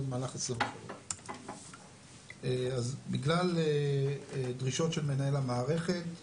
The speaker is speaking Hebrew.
במהלך 2023. בגלל דרישות של מנהל המערכת,